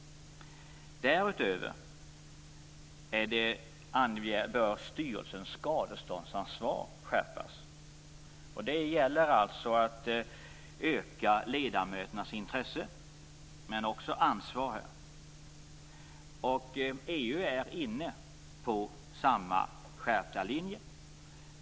Därutöver bör styrelsens skadeståndsansvar skärpas. Det gäller att öka ledamöternas intresse, men också deras ansvar. EU är inne på samma skärpta linje.